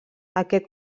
aquest